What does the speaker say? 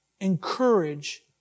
encourage